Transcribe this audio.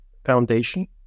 Foundation